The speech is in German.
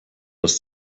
das